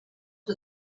for